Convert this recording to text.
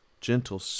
gentle